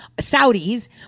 Saudis